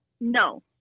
No